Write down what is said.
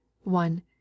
one